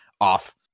off